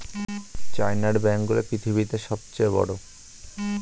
চায়নার ব্যাঙ্ক গুলো পৃথিবীতে সব চেয়ে বড়